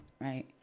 Right